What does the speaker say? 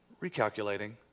recalculating